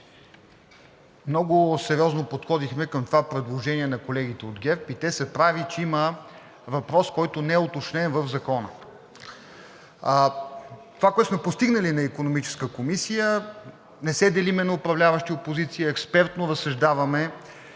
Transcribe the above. Много сериозно подходихме към предложението на колегите от ГЕРБ-СДС и те са прави, че има въпрос, който не е уточнен в Закона. Това, което сме постигнали на Икономическа комисия, е, че не се делим на управляващи и опозиция, а разсъждаваме